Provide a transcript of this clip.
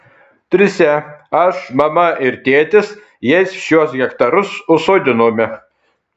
trise aš mama ir tėtis jais šiuos hektarus užsodinome